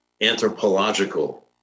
anthropological